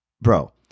Bro